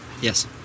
Yes